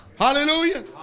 Hallelujah